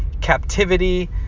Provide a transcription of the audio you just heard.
captivity